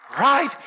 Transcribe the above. Right